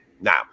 Now